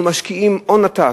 אנחנו משקיעים הון עתק,